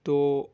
تو